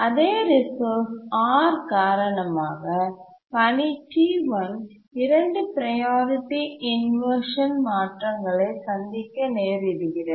அதே resource R காரணமாக பணி T1 2 ப்ரையாரிட்டி இன்வர்ஷன் மாற்றங்களை சந்திக்க நேரிடுகிறது